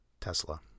Tesla